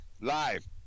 Live